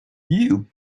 you